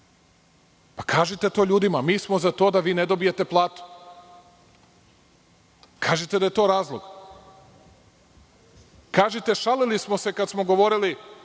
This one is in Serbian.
Kažite to ljudima – mi smo za to da vi ne dobijete platu. Kažite da je to razlog. Kažite šalili smo se kada smo govorili